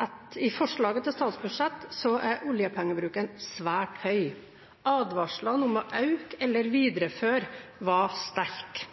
at i forslaget til statsbudsjett er oljepengebruken svært høy. Advarslene om å øke eller videreføre var sterk.